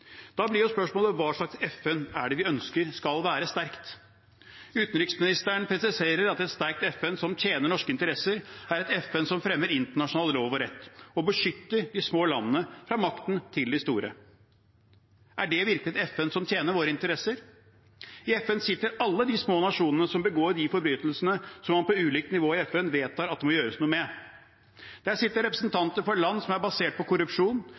Da blir spørsmålet: Hva slags FN er det vi ønsker skal være sterkt? Utenriksministeren presiserer at et sterkt FN som tjener norske interesser, er et FN som fremmer internasjonal lov og rett og beskytter de små landene fra makten til de store. Er det virkelig et FN som tjener våre interesser? I FN sitter alle de små nasjonene som begår de forbrytelsene som man på ulikt nivå i FN vedtar at det må gjøres noe med. Der sitter representanter for land som er basert på korrupsjon,